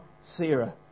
Sarah